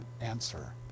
answer